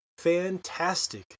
Fantastic